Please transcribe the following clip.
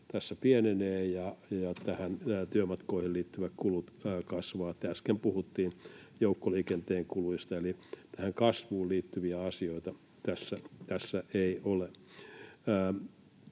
tässä pienenee ja näihin työmatkoihin liittyvät kulut kasvavat. Äsken puhuttiin joukkoliikenteen kuluista. Eli tähän kasvuun liittyviä asioita tässä ei ole.